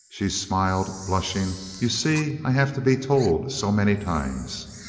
she smiled, blushing, you see i have to be told so many times.